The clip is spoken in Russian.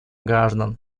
граждан